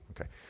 Okay